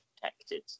protected